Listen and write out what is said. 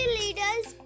leaders